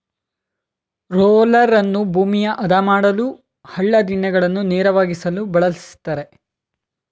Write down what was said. ರೋಲರನ್ನು ಭೂಮಿಯ ಆದ ಮಾಡಲು, ಹಳ್ಳ ದಿಣ್ಣೆಗಳನ್ನು ನೇರವಾಗಿಸಲು ಬಳ್ಸತ್ತರೆ